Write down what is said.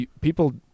People